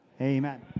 Amen